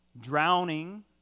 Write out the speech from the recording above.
drowning